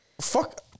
Fuck